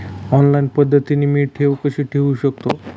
Online पद्धतीने मी ठेव कशी ठेवू शकतो?